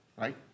right